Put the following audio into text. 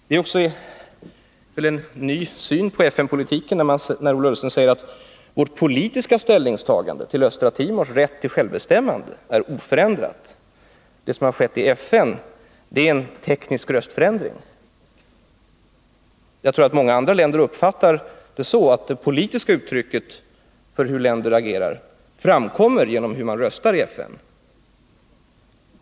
Det är också en ny syn på FN-politiken när Ola Ullsten säger att vårt politiska ställningstagande till Östra Timors rätt till självbestämmande är oförändrat och att det som skett i FN är en teknisk röstförändring. Jag tror att många andra länder uppfattar det så att det politiska uttrycket för hur länder agerar framkommer genom hur man röstar i FN.